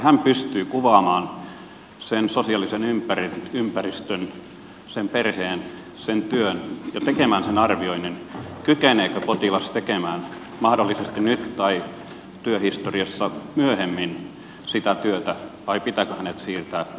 hän pystyy kuvaamaan sen sosiaalisen ympäristön sen perheen sen työn ja tekemään sen arvioinnin kykeneekö potilas tekemään mahdollisesti nyt tai työhistoriassa myöhemmin sitä työtä vai pitääkö hänet siirtää eläkkeelle